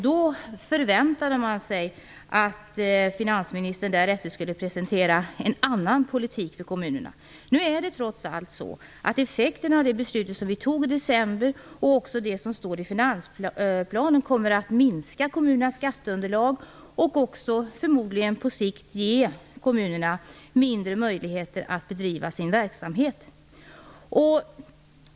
Då förväntade man sig att finansministern därefter skulle presentera en annan politik för kommunerna. Nu är det trots allt så att effekterna av de beslut som vi fattade i december och det som står i finansplanen är att kommunernas skatteunderlag kommer att minskas och att kommunerna förmodligen på sikt kommer att få mindre möjligheter att bedriva sin verksamhet.